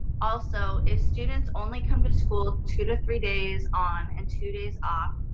also, if students only come to school two to three days on and two days off,